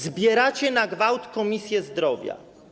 Zbieracie na gwałt Komisję Zdrowia.